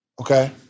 Okay